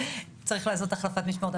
צריך לעשות החלפת משמרות.